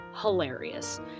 hilarious